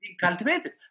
cultivated